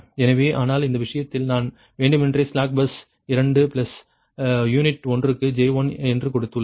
எனவே ஆனால் இந்த விஷயத்தில் நான் வேண்டுமென்றே ஸ்லாக் பஸ் 2 யூனிட் ஒன்றுக்கு j1 என்று கொடுத்துள்ளேன்